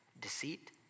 deceit